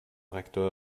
rektor